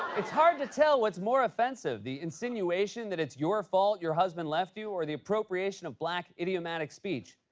it's hard to tell what's more offensive, the insinuation that it's your fault your husband left you or the appropriation of black idiomatic speech.